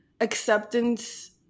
acceptance